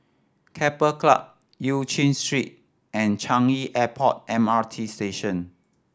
Keppel Club Eu Chin Street and Changi Airport M R T Station